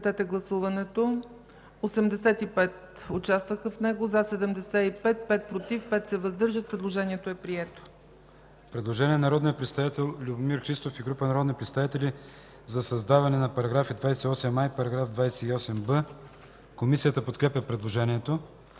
Предложението е прието.